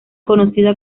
conocida